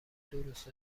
درست